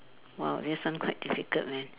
!wow! this one quite difficult leh